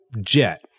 jet